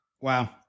Wow